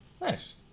nice